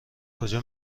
کجا